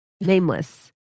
nameless